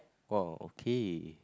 !wow! okay